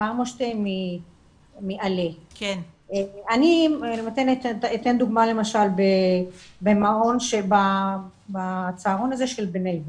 אני אתן דוגמה למשל במעון שבצהרון הזה של בני ברק.